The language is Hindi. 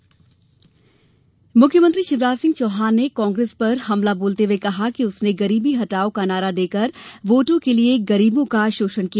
मुख्यमंत्री मुख्यमंत्री शिवराज सिंह चौहान ने कांग्रेस पर हमला बोलते हुए कहा कि उसने गरीबी हटाओ का नारा देकर वोटों के लिए गरीबों का शोषण किया